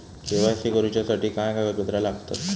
KYC करूच्यासाठी काय कागदपत्रा लागतत?